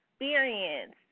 experience